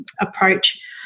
approach